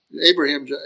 Abraham